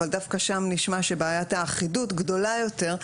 אבל דווקא שם נשמע שבעיית האחידות גדולה יותר.